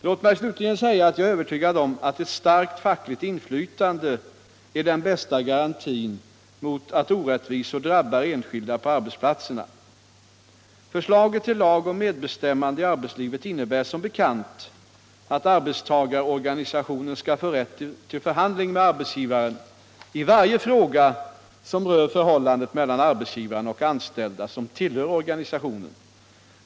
Låt mig slutligen säga att jag är övertygad om att ett starkt fackligt inflytande är den bästa garantin mot att orättvisor drabbar enskilda på arbetsplatserna. Förslaget till lag om medbestämmande i arbetslivet innebär som bekant att arbetstagarorganisation skall få rätt till förhandling med arbetsgivare i varje fråga som rör förhållandet mellan arbetsgivaren och anställda som tillhör organisationen.